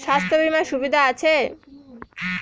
স্বাস্থ্য বিমার সুবিধা আছে?